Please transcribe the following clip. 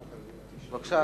בבקשה,